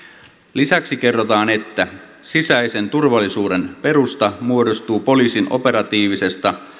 lisäksi kerrotaan että sisäisen turvallisuuden perusta muodostuu poliisin operatiivisesta